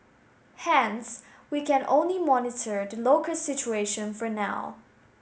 hence we can only monitor the local situation for now